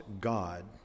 God